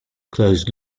closed